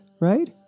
right